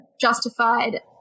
justified